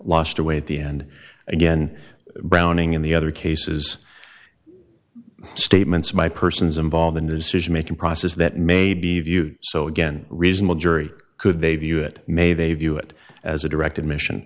last away at the end again browning in the other cases statements by persons involved in the decision making process that may be viewed so again reasonable jury could they view it may they view it as a direct admission